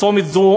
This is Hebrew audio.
צומת זה,